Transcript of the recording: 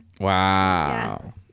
Wow